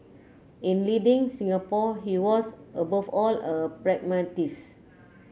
in leading Singapore he was above all a pragmatist